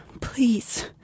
please